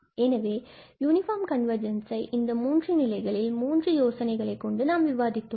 எனவே யூனிஃபார்ம் கன்வர்ஜென்ஸை இந்த மூன்று நிலைகளில் மூன்று யோசனைகளை கொண்டு நாம் விவாதித்து உள்ளோம்